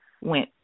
went